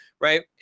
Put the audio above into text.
right